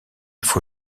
faut